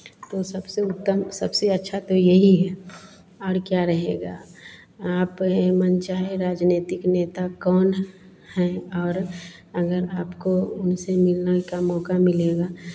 तो सबसे उत्तम सबसे अच्छा तो यही है और क्या रहेगा आप ये मन चाहे राजनीतिक नेता कौन हैं और अगर आपको उनसे मिलने का मौका मिलेगा